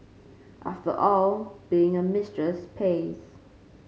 after all being a mistress pays